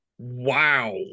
Wow